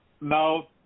No